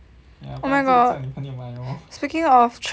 oh my god speaking of trust